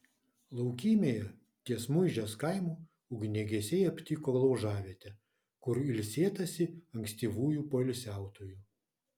laukymėje ties muižės kaimu ugniagesiai aptiko laužavietę kur ilsėtasi ankstyvųjų poilsiautojų